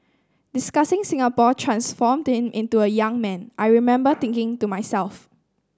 discussing Singapore transformed him into a young man I remember thinking to myself